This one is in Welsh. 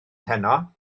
heno